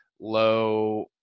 low